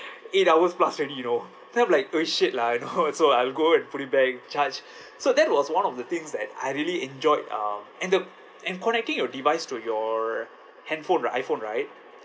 eight hours plus already you know then I'm like oh shit lah you know so I will go and put it back charge so that was one of the things that I really enjoyed um and the and connecting your device to your handphone ri~ iphone right